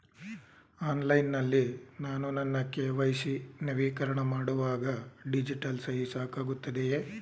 Online ನಲ್ಲಿ ನಾನು ನನ್ನ ಕೆ.ವೈ.ಸಿ ನವೀಕರಣ ಮಾಡುವಾಗ ಡಿಜಿಟಲ್ ಸಹಿ ಸಾಕಾಗುತ್ತದೆಯೇ?